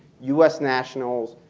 us nationals,